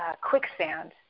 quicksand